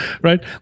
Right